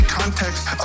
context